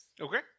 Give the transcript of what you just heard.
Okay